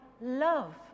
love